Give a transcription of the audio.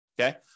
okay